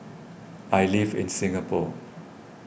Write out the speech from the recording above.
I live in Singapore